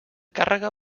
càrrega